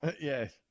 Yes